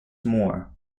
moore